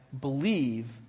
believe